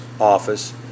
office